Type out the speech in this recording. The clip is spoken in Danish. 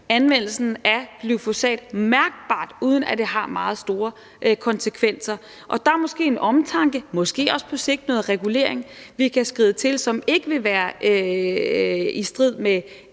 anvendelsen af glyfosat mærkbart, uden at det har meget store konsekvenser. Og der er måske en omtanke, måske også på sigt noget regulering, vi kan skride til, som ikke vil være i strid med